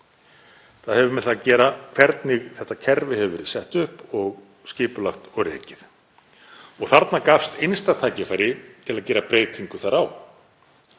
Það hefur með það að gera hvernig þetta kerfi hefur verið sett upp og skipulagt og rekið. Þarna gafst einstakt tækifæri til að gera breytingu þar á.